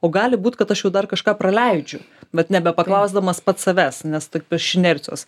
o gali būt kad aš jau dar kažką praleidžiu vat nebepaklausdamas pats savęs nes taip iš inercijos